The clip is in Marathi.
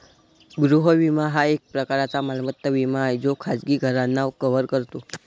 गृह विमा हा एक प्रकारचा मालमत्ता विमा आहे जो खाजगी घरांना कव्हर करतो